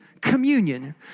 communion